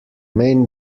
main